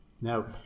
Now